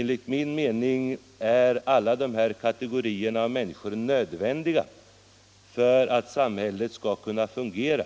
Enligt min mening är alla dessa kategorier av människor nödvändiga för att samhället skall kunna fungera,